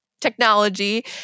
technology